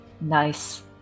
Nice